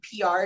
PR